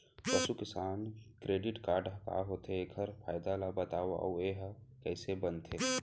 पसु किसान credit card का होथे, एखर फायदा ला बतावव अऊ एहा कइसे बनथे?